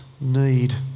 need